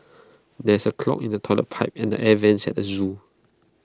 there is A clog in the Toilet Pipe and the air Vents at the Zoo